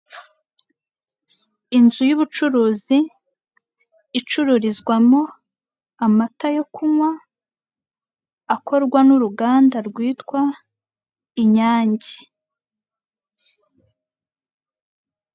Inzu y'ubucuruzi icururizwamo amata yo kunywa akorwa n'uruganda rwitwa inyange.